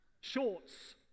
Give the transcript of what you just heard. Shorts